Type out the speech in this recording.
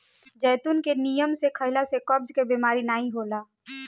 जैतून के नियम से खइला से कब्ज के बेमारी नाइ होला